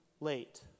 late